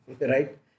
right